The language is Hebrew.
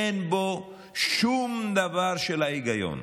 אין בו שום דבר של היגיון.